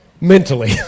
Mentally